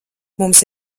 mums